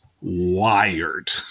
wired